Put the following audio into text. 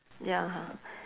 ya